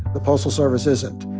the postal service isn't.